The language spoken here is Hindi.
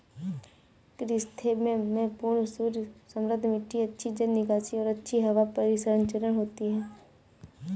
क्रिसैंथेमम में पूर्ण सूर्य समृद्ध मिट्टी अच्छी जल निकासी और अच्छी हवा परिसंचरण होती है